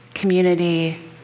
community